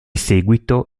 seguito